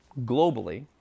globally